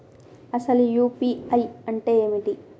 అసలు యూ.పీ.ఐ అంటే ఏమిటి?